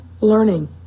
learning